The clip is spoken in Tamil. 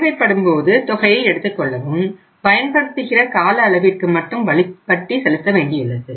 தேவைப்படும்போது தொகையை எடுத்துக் கொள்ளவும் பயன்படுத்துகிற கால அளவிற்கு மட்டும் வட்டி செலுத்த வேண்டியுள்ளது